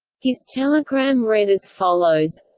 his telegram read as follows